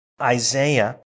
Isaiah